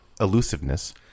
elusiveness